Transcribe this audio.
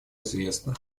известна